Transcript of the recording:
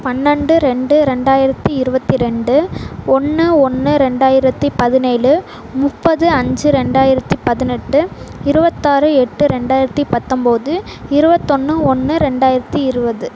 பன்னெண்டு ரெண்டு ரெண்டாயிரத்து இருபத்தி ரெண்டு ஒன்று ஒன்று ரெண்டாயிரத்து பதினேழு முப்பது அஞ்சு ரெண்டாயிரத்து பதினெட்டு இருபத்தாறு எட்டு ரெண்டாயிரத்து பத்தம்போது இருபத்தொன்னு ஒன்று ரெண்டாயிரத்து இருபது